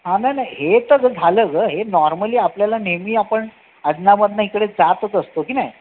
हा नाही नाही हे तर झालं गं हे नॉर्मली आपल्याला नेहमी आपण अधूनमधून इकडे जातच असतो की नाही